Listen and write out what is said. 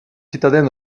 citadins